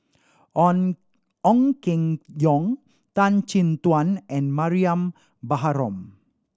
On Ong Keng Yong Tan Chin Tuan and Mariam Baharom